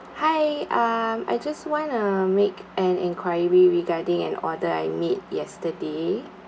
hi um I just want to make an enquiry regarding an order I made yesterday